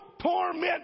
Torment